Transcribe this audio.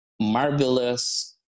marvelous